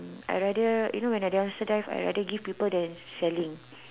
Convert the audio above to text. I rather you know when I dumpster dive I rather give people than selling